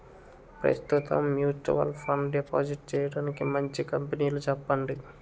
ప్రస్తుతం mutual fund deposit చేయడానికి మంచి కంపెనీలు చెప్పండి